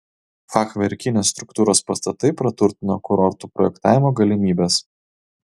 fachverkinės struktūros pastatai praturtino kurortų projektavimo galimybes